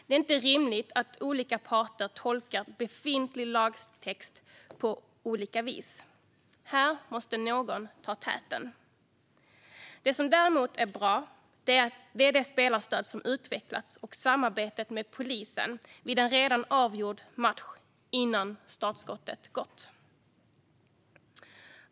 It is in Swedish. Det är inte rimligt att olika parter tolkar befintlig lagtext på olika vis. Här måste någon ta täten. Det som däremot är bra är det spelarstöd som utvecklats och samarbetet med polisen vid en match som redan är avgjord innan startskottet gått.